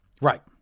Right